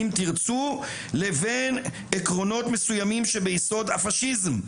'אם תרצו' "לבין עקרונות מסוימים שביסוד הפשיזם".